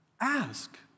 ask